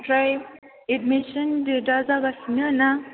ओमफ्राय एडमिसन डेटआ जागासिनो ना